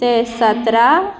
ते सतरा